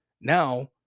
Now